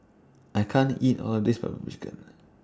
I can't eat All of This Black Pepper Chicken